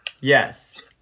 Yes